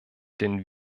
den